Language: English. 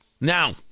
Now